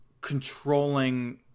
controlling